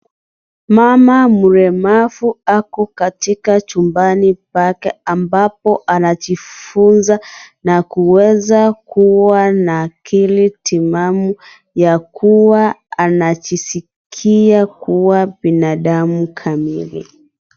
Mama mlemavu ako katika chumbani pake ambapo anajifunza na kuweza kuwa na akili timamu ya kuwa anajisikia kuwa binadamu kamili.